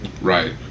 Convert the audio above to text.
Right